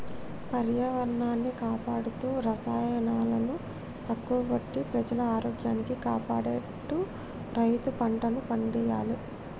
పర్యావరణాన్ని కాపాడుతూ రసాయనాలను తక్కువ వాడి ప్రజల ఆరోగ్యాన్ని కాపాడేట్టు రైతు పంటలను పండియ్యాలే